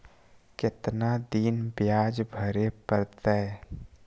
कितना दिन बियाज भरे परतैय?